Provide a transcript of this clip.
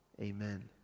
amen